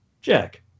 Jack